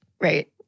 Right